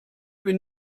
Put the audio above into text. bin